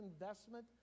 investment